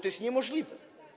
To jest niemożliwe.